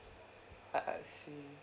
I see